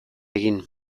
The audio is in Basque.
egin